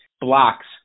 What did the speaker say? blocks